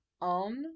on